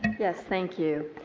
yes, thank you.